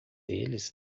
eles